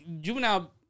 juvenile